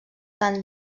tan